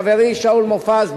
חברי שאול מופז,